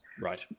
right